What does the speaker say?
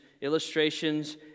illustrations